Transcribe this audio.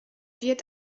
wird